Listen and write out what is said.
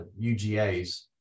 UGAs